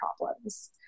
problems